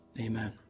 amen